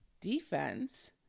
defense